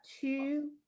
two